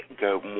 go